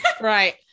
Right